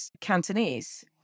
Cantonese